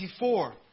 24